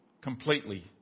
completely